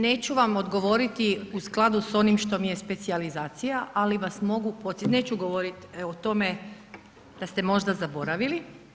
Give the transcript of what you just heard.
Neću vam odgovoriti u skladu sa onim što mi je specijalizacija, ali vas mogu podsjetiti, neću govorit o tome da ste možda zaboravili.